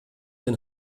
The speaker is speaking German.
den